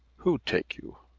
who'd take you?